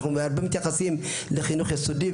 אנחנו מתייחסים הרבה לחינוך ביסודי,